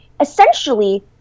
essentially